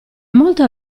molto